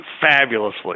fabulously